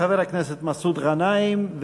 חבר הכנסת מסעוד גנאים,